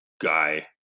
guy